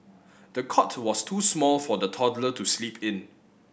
the cot was too small for the toddler to sleep in